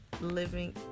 living